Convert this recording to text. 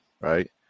right